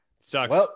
Sucks